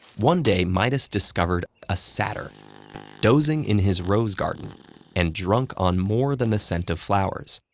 one day, midas discovered a satyr dozing in his rose garden and drunk on more than the scent of flowers.